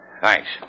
Thanks